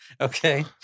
Okay